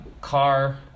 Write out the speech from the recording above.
car